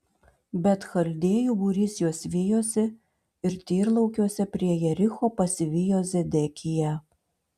bet chaldėjų būrys juos vijosi ir tyrlaukiuose prie jericho pasivijo zedekiją